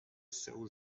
سئول